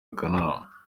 akanama